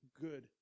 good